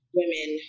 women